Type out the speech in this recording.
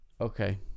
Okay